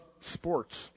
sports